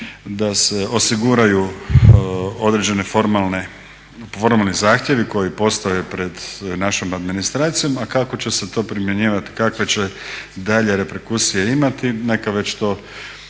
da se osiguraju određene formalni zahtjevi koji postoje pred našom administracijom, a kako će se to primjenjivati i kakve će dalje reperkusije imati neka već to